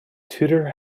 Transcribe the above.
tudor